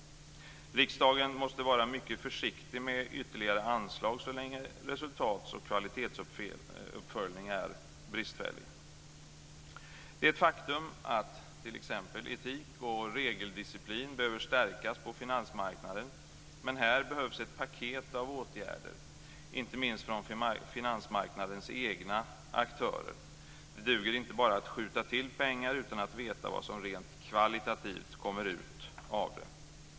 Riksdagen måste vara mycket försiktig med ytterligare anslag så länge resultats och kvalitetsuppföljningen är bristfällig. Det är ett faktum att t.ex. etik och regeldisciplin behöver stärkas på finansmarknaden, men här behövs ett paket av åtgärder, inte minst från finansmarknadens egna aktörer. Det duger inte att bara skjuta till pengar utan att veta vad som rent kvalitativt kommer ut av det.